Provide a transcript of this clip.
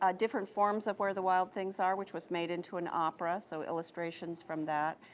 ah different forms of where the wild things are, which was made into an opera, so illustrations from that.